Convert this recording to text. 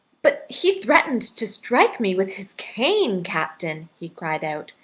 but he threatened to strike me with his cane, captain, he cried out,